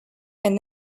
and